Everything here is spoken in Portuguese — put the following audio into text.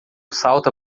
salta